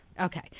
Okay